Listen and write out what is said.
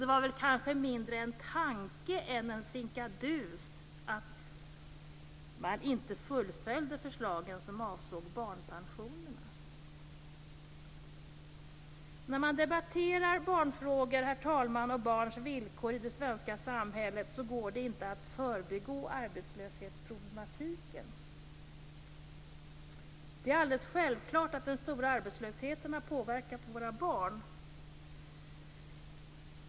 Det var väl mindre en tanke än en sinkadus att man inte fullföljde de förslag som avsåg barnpensionerna. Herr talman! När man debatterar barnfrågor och barns villkor i det svenska samhället går det inte att förbigå arbetslöshetsproblematiken. Det är alldeles självklart att den stora arbetslösheten har påverkat våra barn.